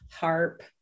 harp